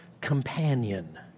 companion